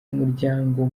umuryango